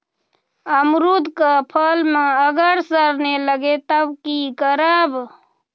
अमरुद क फल म अगर सरने लगे तब की करब?